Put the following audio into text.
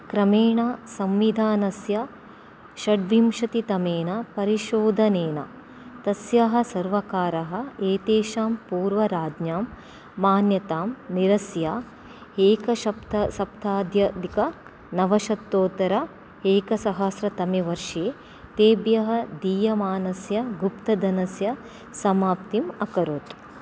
क्रमेण संविधानस्य षड्विंशतितमेन परिशोधनेन तस्याः सर्वकारः एतेषां पूर्वराज्ञां मान्यतां निरस्य एकसप्त सप्ताद्यधिकनवशतोत्तर एकसहस्रतमे वर्षे तेभ्यः दीयमानस्य गुप्तधनस्य समाप्तिम् अकरोत्